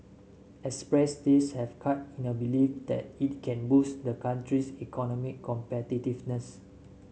excess days have cut in a belief that it can boost the country's economic competitiveness